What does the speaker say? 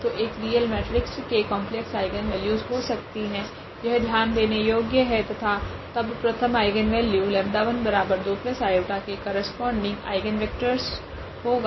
तो एक real matrix के कॉम्प्लेक्स आइगनवेल्यूस हो सकते है यह ध्यान देने योग्य है तथा तब प्रथम आइगनवेल्यू 𝜆12i के करस्पोंडिंग आइगनवेक्टरस होगा